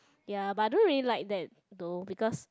ya but I don't really like that though because